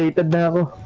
the middle